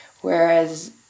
whereas